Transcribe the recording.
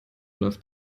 läuft